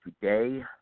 today